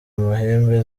amahembe